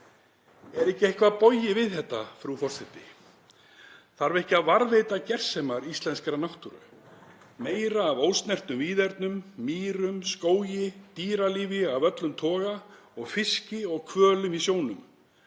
Er ekki eitthvað bogið við þetta, frú forseti? Þarf ekki að varðveita gersemar íslenskrar náttúru og meira af ósnertum víðernum, mýrum, skógi, dýralífi af öllum toga og fiski og hvölum í sjónum?